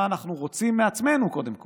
מה אנחנו רוצים מעצמנו, קודם כול.